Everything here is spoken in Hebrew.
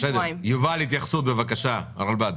יובל, התייחסות בבקשה, הרלב"ד.